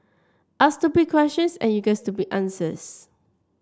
ask stupid questions and you get stupid answers